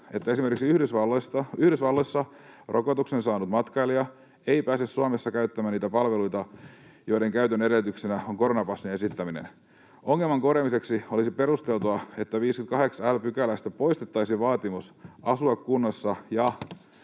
että esimerkiksi Yhdysvalloissa rokotuksen saanut matkailija ei pääse Suomessa käyttämään niitä palveluita, joiden käytön edellytyksenä on koronapassin esittäminen. Ongelman korjaamiseksi olisi perusteltua, että 58 l §:stä poistettaisiin vaatimus asua kunnassa